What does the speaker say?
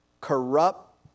corrupt